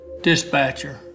dispatcher